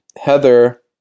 Heather